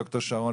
ד"ר שרון,